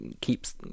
keeps